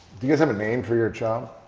do you guys have a name for your child?